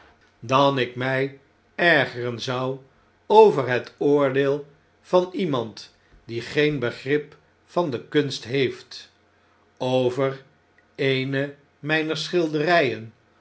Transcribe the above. dan ik m ergeren zou over het oordeel van iemand die geen begrip van de kunst heeft over eene mper